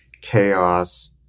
chaos